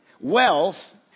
wealth